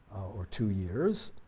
or two years,